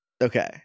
Okay